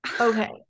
okay